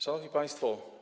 Szanowni Państwo!